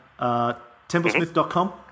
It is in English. Templesmith.com